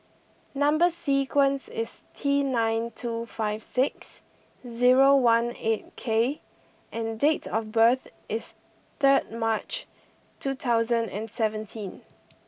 number sequence is T nine two five six zero one eight K and date of birth is third March two thousand and seventeen